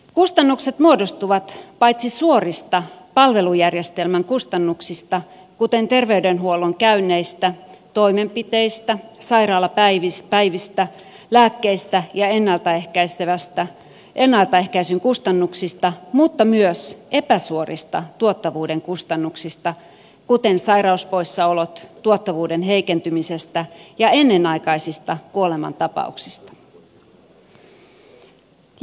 kustannukset muodostuvat paitsi suorista palvelujärjestelmän kustannuksista kuten terveydenhuollon käynneistä toimenpiteistä sairaalapäivistä lääkkeistä ja ennaltaehkäisyn kustannuksista myös epäsuorista tuottavuuden kustannuksista kuten sairauspoissaoloista tuottavuuden heikentymisestä ja ennenaikaisista kuolemantapauksista